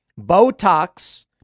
Botox